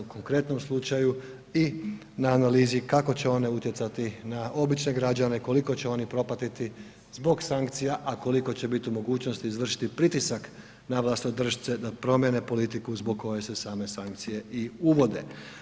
U konkretnom slučaju i na analizi kako će one utjecati na obične građane, koliko će oni propatiti zbog sankcija, a koliko će biti u mogućnosti izvršiti pritisak na vlastodršce da promijene politiku zbog koje se same sankcije i uvode.